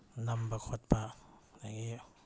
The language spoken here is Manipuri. ꯅꯝꯕ ꯈꯣꯠꯄ ꯑꯗꯒꯤ